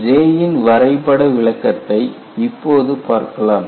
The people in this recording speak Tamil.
J இன் வரைபட விளக்கத்தை இப்போது பார்க்கலாம்